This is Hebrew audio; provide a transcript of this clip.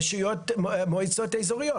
מועצות אזוריות,